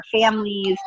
families